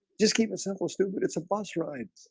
just keep it simple stupid it's a bus ride